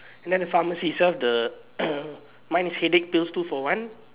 and then the pharmacy it sell the mine is headache pills two for one